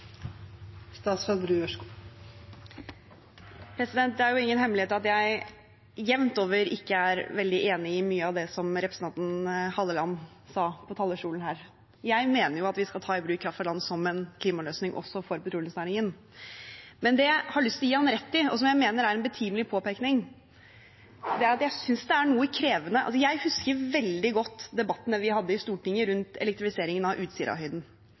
veldig enig i mye av det som representanten Halleland sa på talerstolen her. Jeg mener jo at vi skal ta i bruk kraft fra land som en klimaløsning også for petroleumsnæringen. Men det jeg har lyst til å gi ham rett i, og som jeg mener er en betimelig påpekning, knytter seg til at jeg husker veldig godt debattene vi hadde i Stortinget rundt elektrifiseringen av Utsirahøyden. Jeg husker også veldig godt hvilke partier som sto i